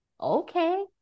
okay